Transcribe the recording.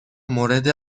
مورد